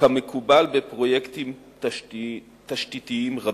כמקובל בפרויקטים תשתיתיים רבים.